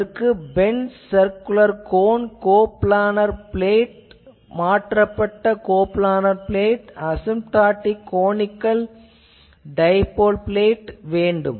இதற்கு bent circular cone coplanar plate மாற்றப்பட்ட coplanar plate அல்லது அசிம்டாட்டிக் கொனிக்கள் டைபோல் பிளேட் வேண்டும்